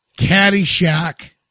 Caddyshack